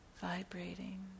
vibrating